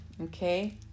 okay